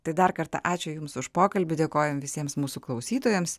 tai dar kartą ačiū jums už pokalbį dėkojam visiems mūsų klausytojams